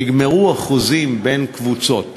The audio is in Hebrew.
נגמרו החוזים בין קבוצות